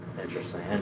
Interesting